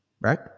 right